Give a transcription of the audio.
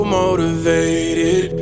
motivated